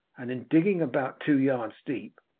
and in digging about two yards deep,